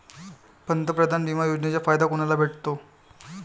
पंतप्रधान बिमा योजनेचा फायदा कुनाले भेटतो?